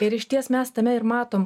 ir išties mes tame ir matom